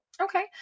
Okay